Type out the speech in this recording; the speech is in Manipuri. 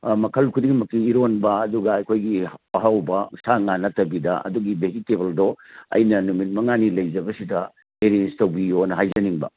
ꯃꯈꯜ ꯈꯨꯗꯤꯡꯃꯛꯀꯤ ꯏꯔꯣꯟꯕ ꯑꯗꯨꯒ ꯑꯩꯈꯣꯏꯒꯤ ꯑꯍꯥꯎꯕ ꯁꯥꯉꯥ ꯅꯠꯇꯕꯤꯗ ꯑꯗꯨꯒꯤ ꯚꯦꯖꯤꯇꯦꯕꯜꯗꯣ ꯑꯩꯅ ꯅꯨꯃꯤꯠ ꯃꯉꯥꯅꯤ ꯂꯩꯖꯕꯁꯤꯗ ꯑꯦꯔꯦꯟꯁ ꯇꯧꯕꯤꯌꯣꯅ ꯍꯥꯏꯖꯅꯤꯡꯕ